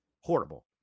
Horrible